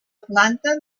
planta